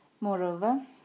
Moreover